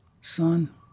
son